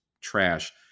trash